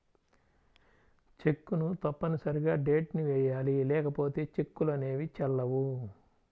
చెక్కును తప్పనిసరిగా డేట్ ని వెయ్యాలి లేకపోతే చెక్కులు అనేవి చెల్లవు